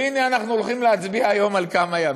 והנה, אנחנו הולכים להצביע היום, על כמה ימים?